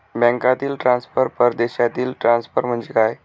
बँकांतील ट्रान्सफर, परदेशातील ट्रान्सफर म्हणजे काय?